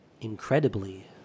incredibly